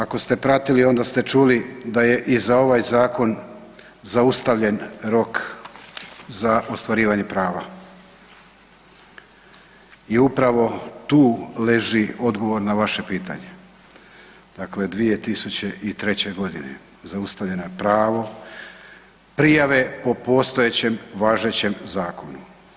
No, ako ste pratili onda ste čuli da je i za ovaj zakon zaustavljen rok za ostvarivanje prava i upravo tu leži odgovor na vaše pitanje, dakle 2003. godine zaustavljeno je pravo prijave po postojećem važećem zakonu.